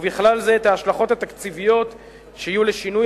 ובכלל זה את ההשלכות התקציביות שיהיו לשינוי